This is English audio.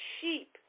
sheep